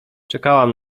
czekałam